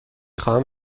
خواهم